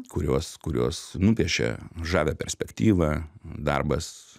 kurios kuriuos nupiešė žavią perspektyvą darbas